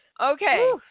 Okay